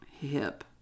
hip